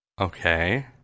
Okay